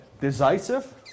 Decisive